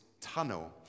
tunnel